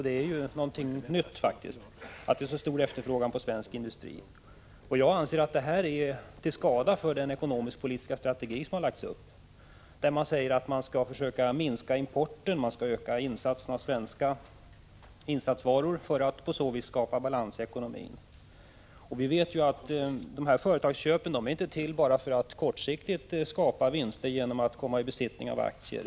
Det är faktiskt något nytt att det råder så stor efterfrågan på svensk industri. Jag anser att det är till skada för den ekonomisk-politiska strategi som har lagts upp. Enligt den skall vi försöka minska importen och öka andelen av svenska insatsvaror för att på så vis skapa balans i ekonomin. Vi vet att dessa företagsköp inte är till bara för att kortsiktigt skapa vinster genom att företagen kommer i besittning av aktier.